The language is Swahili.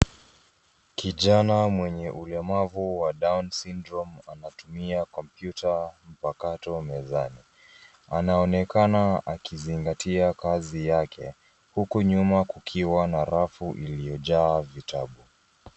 Kijana mwenye ulemavu wa Down Syndrome anatumia kompyuta mpakato mezani. Anaonekana akizingatia kazi yake huku nyuma kukiwa na rafu iliyojaa vitabu.